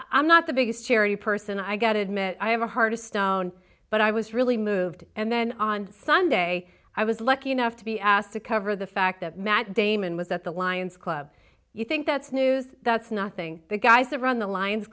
i'm not the biggest charity person i got to admit i have a heart of stone but i was really moved and then on sunday i was lucky enough to be asked to cover the fact that matt damon was at the lions club you think that's news that's nothing the guys that run the li